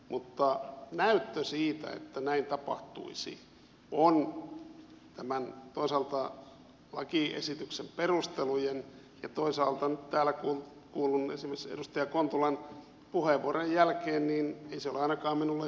mutta näyttö siitä että näin tapahtuisi toisaalta lakiesityksen perustelujen ja toisaalta nyt täällä kuullun esimerkiksi edustaja kontulan puheenvuorojen jälkeen ei ole ainakaan minulle yhtään vahvistunut